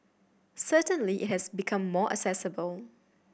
certainly it has become more accessible